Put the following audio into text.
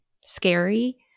scary